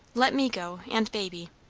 let me go, and baby.